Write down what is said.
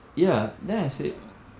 ya then I said